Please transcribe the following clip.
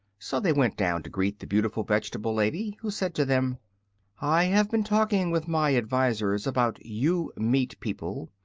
so they went down to greet the beautiful vegetable lady, who said to them i have been talking with my advisors about you meat people,